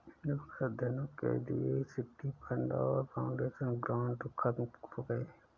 दोनों अध्ययनों के लिए सिटी फंड और फाउंडेशन ग्रांट खत्म हो गए हैं